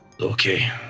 Okay